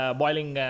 boiling